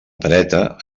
pereta